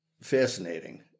fascinating